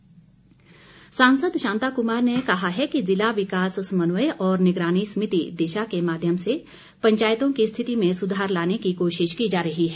शांता कुमार सांसद शांता कुमार ने कहा है कि जिला विकास समन्वय और निगरानी समिति दिशा के माध्यम से पंचायतों की स्थिति में सुधार लाने की कोशिश की जा रही है